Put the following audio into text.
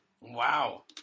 wow